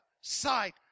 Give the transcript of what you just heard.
side